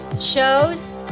shows